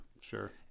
sure